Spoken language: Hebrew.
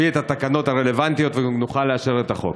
את התקנות הרלוונטיות וגם נוכל לאשר את החוק.